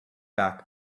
back